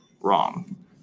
wrong